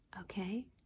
Okay